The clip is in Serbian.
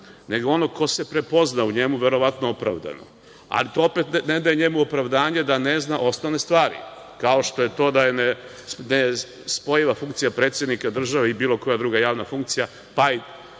nego onog ko se prepozna u njemu, verovatno opravdano, a to opet ne daje njemu opravdanje da ne zna osnovne stvari, kao što je to da je nespojiva funkcija predsednika države i bilo koja druga javna funkcija, pa i